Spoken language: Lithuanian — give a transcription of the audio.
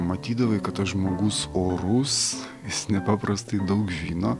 matydavai kad tas žmogus orus jis nepaprastai daug žino